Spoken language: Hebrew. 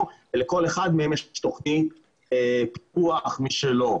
ולכל אחד מהם יש תכנית פיתוח משלו.